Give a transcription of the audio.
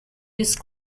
these